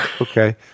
Okay